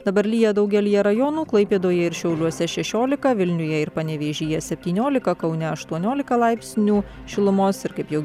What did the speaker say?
dabar lyja daugelyje rajonų klaipėdoje ir šiauliuose šešiolika vilniuje ir panevėžyje septyniolika kaune aštuoniolika laipsnių šilumos ir kaip jau